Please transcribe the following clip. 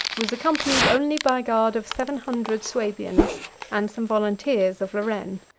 was accompanied only by a guard of seven hundred swabians and some volunteers of lorraine.